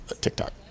TikTok